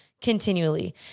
continually